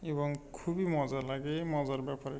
এবং খুবই মজা লাগে এ মজার ব্যাপারে